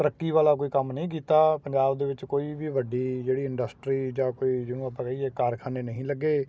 ਤਰੱਕੀ ਵਾਲਾ ਕੋਈ ਕੰਮ ਨਹੀਂ ਕੀਤਾ ਪੰਜਾਬ ਦੇ ਵਿੱਚ ਕੋਈ ਵੀ ਵੱਡੀ ਜਿਹੜੀ ਇੰਡਸਟਰੀ ਜਾ ਕੋਈ ਜਿਹਨੂੰ ਆਪਾਂ ਕਹੀਏ ਕਾਰਖਾਨੇ ਨਹੀਂ ਲੱਗੇ